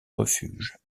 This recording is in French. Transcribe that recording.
refuges